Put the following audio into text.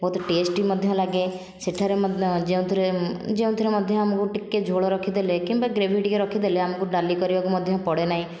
ବହୁତ ଟେଷ୍ଟ ବି ମଧ୍ୟ ଲାଗେ ସେଠାରେ ଯେଉଁଥିରେ ଯେଉଁଥିରେ ମଧ୍ୟ ଆମକୁ ଟିକେ ଝୋଳ ରଖିଦେଲେ କିମ୍ବା ଗ୍ରେଭି ଟିକେ ରଖିଦେଲେ ଆମକୁ ଡାଲି କରିବାକୁ ମଧ୍ୟ ପଡ଼େ ନାହିଁ